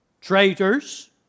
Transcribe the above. traitors